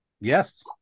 Yes